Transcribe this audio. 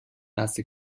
nasse